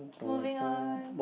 moving on